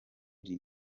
iri